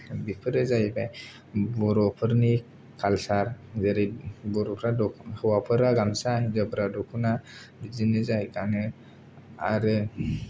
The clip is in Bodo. बेफोरो जाहैबाय बर'फोरनि काल्सार जेरै बर'फ्रा दख हौवाफोरा गामसा हिनजावफोरा दखना बिदिनो जाय गानो आरो